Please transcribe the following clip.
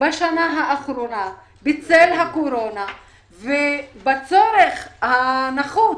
בשנה האחרונה בצל הקורונה ובצורך הנחוץ,